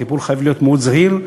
הטיפול חייב להיות מאוד זהיר,